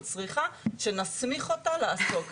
היא צריכה שנסמיך אותה לעשות זאת.